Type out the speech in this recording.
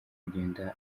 kugenda